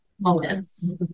moments